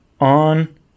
on